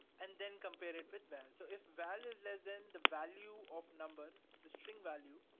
and then compare it with val. so if val is less than the value of number, the string value,